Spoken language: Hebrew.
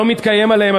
לא מתקיים עליהם,